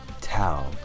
tell